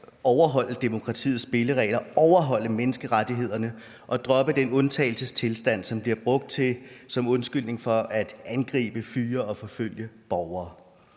overholde demokratiets spilleregler og overholde menneskerettighederne og droppe den undtagelsestilstand, som bliver brugt som undskyldning for at angribe, fyre og forfølge borgere.